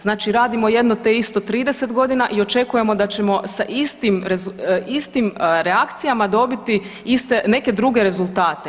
Znači, radimo jedno te isto 30 g. i očekujemo da ćemo sa istim reakcijama dobiti neke druge rezultate.